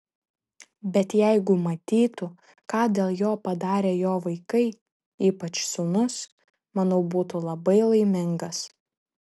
bet jeigu matytų ką dėl jo padarė jo vaikai ypač sūnus manau būtų labai laimingas